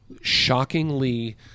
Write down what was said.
shockingly